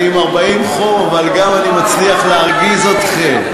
אני עם 40 חום, אבל גם אני מצליח להרגיז אתכם.